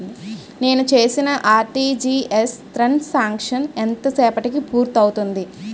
నేను చేసిన RTGS transaction ఎంత సేపటికి పూర్తి అవుతుంది?